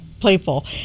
playful